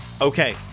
Okay